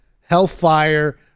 hellfire